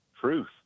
truth